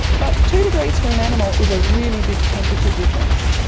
but two degrees for an animal is a really big temperature difference.